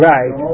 Right